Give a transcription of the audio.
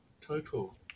total